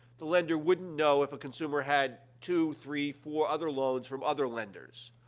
the lender wouldn't know if a consumer had two, three, four other loans from other lenders.